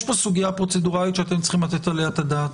יש כאן סוגיה פרוצדורלית שאתם צריכים לתת עליה את הדעת.